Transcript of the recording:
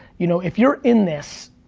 you know, if you're in this,